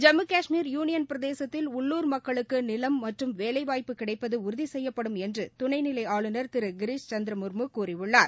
Jammu Kashmir union பிரதேசத்தில் உள்ளூர் மக்களுக்கு நிலம் மற்றும் வேலைவாய்ப்பு கிடைப்பது உறுதி செய்யப்படும் என்று துணைநிலை ஆளுநர் திரு கிரிஸ் சந்திர முர்மு கூறியுள்ளார்